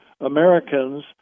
Americans